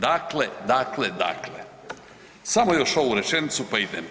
Dakle, dakle, dakle, samo još ovu rečenicu pa idemo.